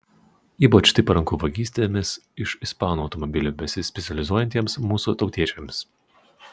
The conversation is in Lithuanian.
ypač tai paranku vagystėmis iš ispanų automobilių besispecializuojantiems mūsų tautiečiams